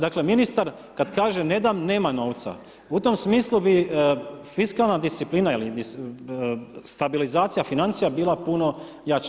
Dakle, ministar kad kažem ne dam, nema novca, u tom smislu bi fiskalna disciplina ili stabilizacija financija bila puno jača.